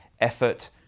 effort